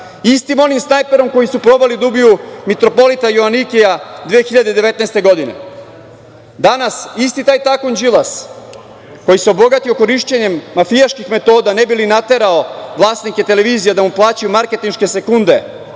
Istim onim snajperom kojim su probali da ubiju mitropolita Joanikija 2019. godine. Danas, isti taj tajkun Đilas, koji se obogatio korišćenjem mafijaških metoda, ne bi li naterao vlasnike televizija da mu plaćaju marketinške sekunde,